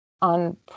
On